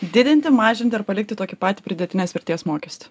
didinti mažinti ar palikti tokį patį pridėtinės vertės mokestį